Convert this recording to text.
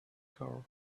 car